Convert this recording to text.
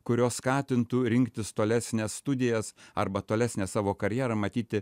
kurios skatintų rinktis tolesnes studijas arba tolesnę savo karjerą matyti